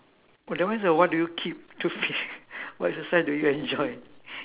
oh that one is a what do you keep to what exercise do you enjoy